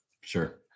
Sure